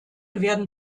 werden